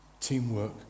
teamwork